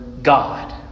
God